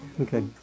Okay